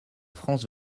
france